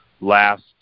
last